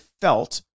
felt